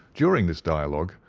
during this dialogue,